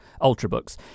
Ultrabooks